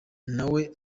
nawe